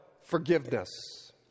forgiveness